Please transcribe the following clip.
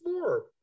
more